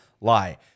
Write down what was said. lie